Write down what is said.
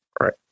Right